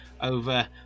over